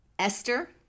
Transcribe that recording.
Esther